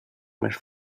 més